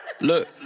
Look